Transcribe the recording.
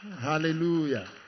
hallelujah